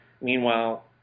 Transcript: Meanwhile